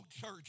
church